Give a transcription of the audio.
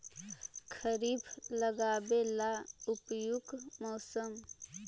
खरिफ लगाबे ला उपयुकत मौसम?